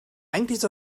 eigentlich